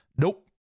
Nope